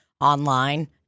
online